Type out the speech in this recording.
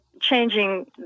changing